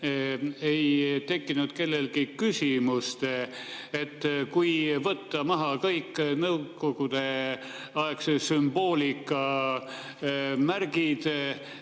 ei tekkinud kellelgi küsimust, et kui võtta maha kõik Nõukogude-aegse sümboolika märgid,